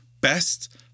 best